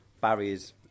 barriers